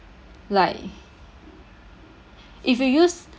like if you use